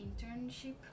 internship